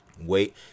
Wait